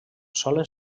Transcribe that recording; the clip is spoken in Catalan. solen